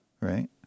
right